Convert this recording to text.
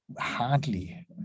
hardly